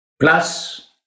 plus